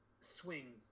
swing